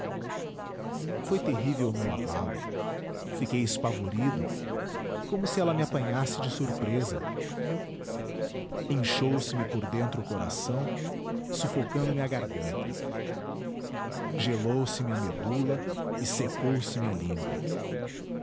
foi terrível o meu abalo fiquei espavorido como se ela me apanhasse de surpresa inchou seme por dentro o coração sufocando me a garganta gelou se me a medula e secou se me a língua